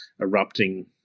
erupting